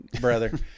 brother